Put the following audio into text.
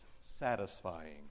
satisfying